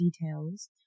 details